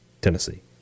Tennessee